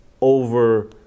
over